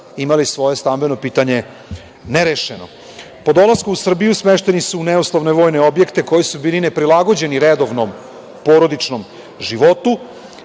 imali svoje stambeno pitanje nerešeno. Po dolasku u Srbiju smešteni su u neuslovne vojne objekte koji su bili neprilagođeni redovnom i porodičnom životu